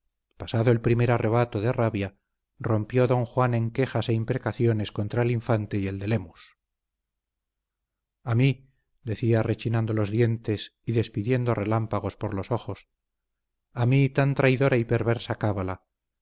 pasado el primer arrebato de rabia rompió don juan en quejas e imprecaciones contra el infante y el de lemus a mí decía rechinando los dientes y despidiendo relámpagos por los ojos a mí tan traidora y perversa cábala